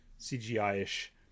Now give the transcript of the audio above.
CGI-ish